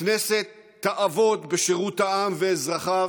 הכנסת תעבוד בשירות העם ואזרחיו,